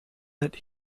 that